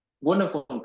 wonderful